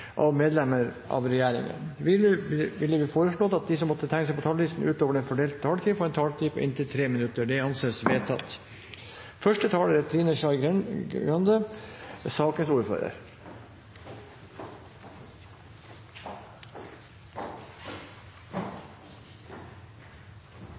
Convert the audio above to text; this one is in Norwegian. av medlemmer av regjeringen innenfor den fordelte taletid. Videre blir det foreslått at de som måtte tegne seg på talerlisten utover den fordelte taletid, får en taletid på inntil 3 minutter. – Det anses vedtatt.